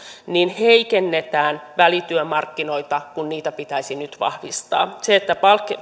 niin heikennetään välityömarkkinoita kun niitä pitäisi nyt vahvistaa